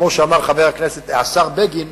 כמו שאמר השר בגין,